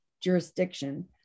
jurisdiction